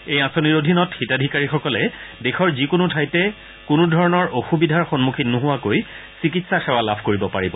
এই আঁচনিৰ অধীনত হিতাধিকাৰীসকলে দেশৰ যিকোনো ঠাইতে কোনোধৰণৰ অসুবিধাৰ সন্মুখীন নোহোৱাকৈ চিকিৎসা সেৱা লাভ কৰিব পাৰি